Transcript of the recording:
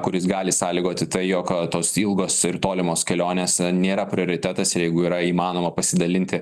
kuris gali sąlygoti tai jog tos ilgos ir tolimos kelionės nėra prioritetas ir jeigu yra įmanoma pasidalinti